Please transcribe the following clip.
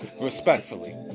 respectfully